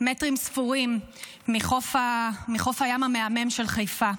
מטרים ספורים מחוף הים המהמם של חיפה.